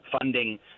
funding